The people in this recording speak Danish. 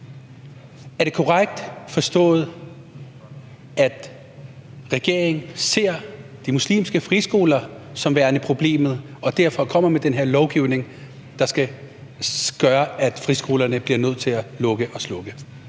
Er det korrekt forstået, at regeringen ser de muslimske friskoler som værende problemet og derfor kommer med den her lovgivning, der skal gøre, at friskolerne bliver nødt til at lukke og slukke?